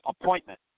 appointment